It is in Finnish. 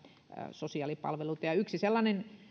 sosiaalipalveluita yksi sellainen